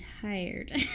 tired